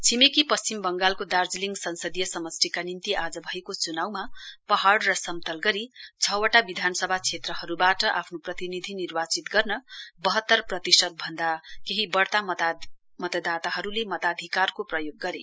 छिमेकी पश्चिम बंगालको दार्जीलिङ संसदीय समष्टिका निम्ति आज भएको च्नाउमा पहाड़ र समतल गरी छ वटा क्षेत्रहरूबाट आफ्नो प्रतिनिधि निर्वाचित गर्न लगभग बाहत्तर प्रतिशत भन्दा केही बढ़ी मतदाताहरूले मताधिकारको प्रयोग गरे